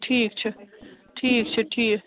ٹھیٖک چھُ ٹھیٖک چھُ ٹھیٖک